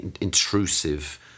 intrusive